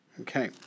Okay